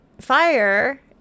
fire